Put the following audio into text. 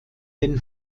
den